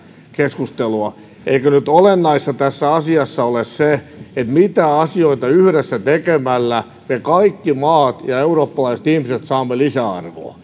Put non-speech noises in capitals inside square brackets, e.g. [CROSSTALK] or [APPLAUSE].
keskustelua eikö nyt olennaista tässä asiassa ole se mitä asioita yhdessä tekemällä me kaikki maat ja eurooppalaiset ihmiset saamme lisäarvoa [UNINTELLIGIBLE]